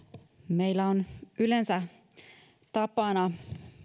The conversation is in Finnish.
meillä on yleensä tapana